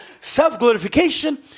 self-glorification